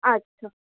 আচ্ছা